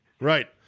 Right